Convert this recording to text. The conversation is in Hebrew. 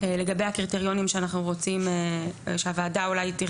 אלה היו שניים-שלושה האפיונים של היישוב או אחד.